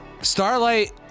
Starlight